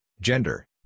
gender